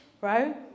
Right